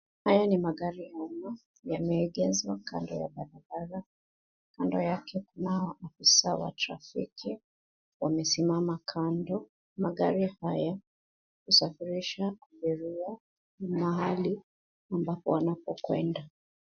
Haya ni magari ya umma. Yameegeshwa kando ya barabara. Kando yake kunao afisa wa trafiki. Wamesimama kando. Magari haya husafirisha abiria, mahali ambapo wanapokwenda.